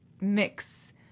mix